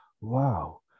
wow